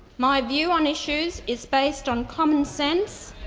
my view on issues is based on common sense,